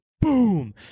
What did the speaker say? boom